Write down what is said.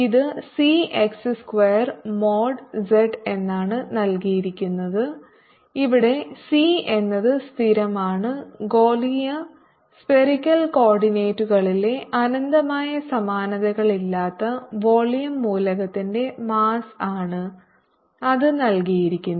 ഇത് C x square mod z എന്നാണ് നൽകിയിരിക്കുന്നത് ഇവിടെ സി എന്നത് സ്ഥിരമാണ് ഗോളീയ സ്ഫെറിക്കൽ കോ ഓർഡിനേറ്റുകളിലെ അനന്തമായ സമാനതകളില്ലാത്ത വോളിയം മൂലകത്തിന്റെ മാസ്സ് ആണ് അത് നൽകിയിരിക്കുന്നു